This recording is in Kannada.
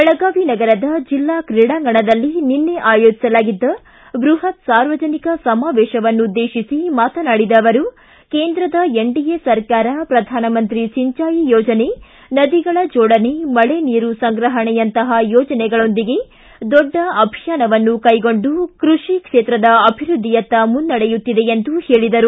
ಬೆಳಗಾವಿ ನಗರದ ಜಿಲ್ಲಾ ತ್ರೀಡಾಂಗಣದಲ್ಲಿ ನಿನ್ನೆ ಆಯೋಜಿಸಲಾಗಿದ್ದ ಬೃಹತ್ ಸಾರ್ವಜನಿಕ ಸಮಾವೇಶವನ್ನು ಉದ್ದೇತಿಸಿ ಮಾತನಾಡಿದ ಅವರು ಕೇಂದ್ರದ ಎನ್ಡಿಎ ಸರ್ಕಾರ ಪ್ರಧಾನಮಂತ್ರಿ ಸಿಂಚಾಯಿ ಯೋಜನೆ ನದಿಗಳ ಜೋಡಣೆ ಮಳೆ ನೀರು ಸಂಗ್ರಹಣೆಯಂತಹ ಯೋಜನೆಗಳೊಂದಿಗೆ ದೊಡ್ಡ ಅಭಿಯಾನವನ್ನು ಕೈಗೊಂಡು ಕೃಷಿ ಕ್ಷೇತ್ರದ ಅಭಿವೃದ್ಧಿಯತ್ತ ಮುನ್ನಡೆಯುತ್ತಿದೆ ಎಂದು ಹೇಳಿದರು